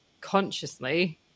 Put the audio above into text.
consciously